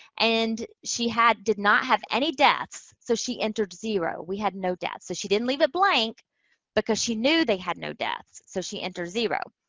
and she had, did not have any deaths, so she entered zero. we had no deaths. so, she didn't leave it blank because she knew they had no deaths, so she entered zero.